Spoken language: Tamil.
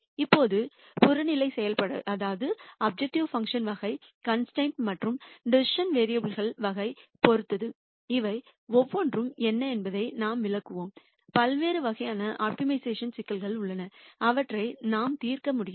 இப்போது புறநிலை செயல்பாடு வகை கான்ஸ்டரைனெட் மற்றும் டிசிசன் வேரியபுல் கள் வகையைப் பொறுத்து இவை ஒவ்வொன்றும் என்ன என்பதை நாம் விளக்குவோம் பல்வேறு வகையான ஆப்டிமைசேஷன் சிக்கல்கள் உள்ளன அவற்றை நாம் தீர்க்க முடியும்